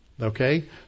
Okay